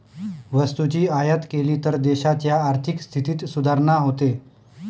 वस्तूची आयात केली तर देशाच्या आर्थिक स्थितीत सुधारणा होते